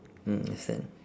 mm understand